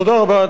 תודה רבה.